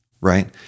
right